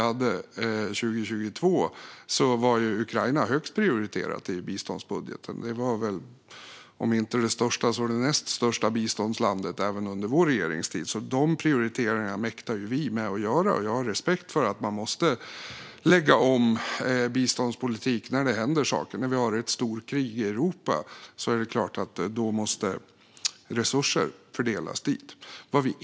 Under 2022 var Ukraina högst prioriterat i biståndsbudgeten. Om det inte var största var det näst största biståndsland även under vår regeringstid. De prioriteringarna mäktar vi med att göra, och jag har respekt för att man måste lägga om biståndspolitik när det händer saker. Med ett storkrig i Europa är det klart att resurser måste fördelas dit.